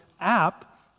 app